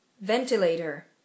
Ventilator